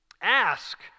ask